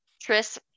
Tris